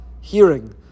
hearing